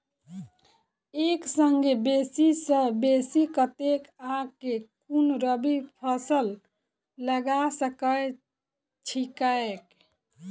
एक संगे बेसी सऽ बेसी कतेक आ केँ कुन रबी फसल लगा सकै छियैक?